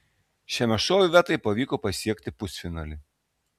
šiame šou ivetai pavyko pasiekti pusfinalį